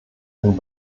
ein